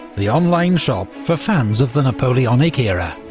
the online shop for fans of the napoleonic era.